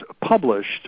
published